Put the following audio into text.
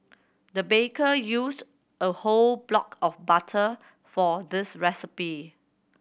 the baker used a whole block of butter for this recipe